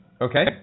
Okay